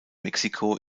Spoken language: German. mexiko